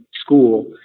school